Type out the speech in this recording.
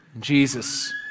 Jesus